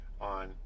on